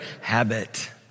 habit